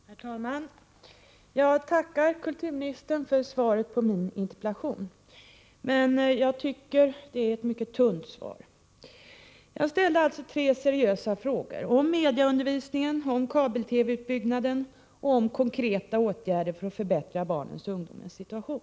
Herr talman! Jag tackar kulturministern för svaret på min interpellation, men jag tycker att det är ett mycket tunt svar. Jag ställde alltså tre seriösa frågor — om medieundervisningen, om kabel-TV-utbyggnaden och om konkreta åtgärder för att förbättra barnens och ungdomens situation.